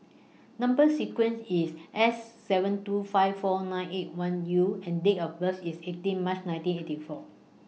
Number sequence IS S seven two five four nine eight one U and Date of birth IS eighteen March nineteen eighty four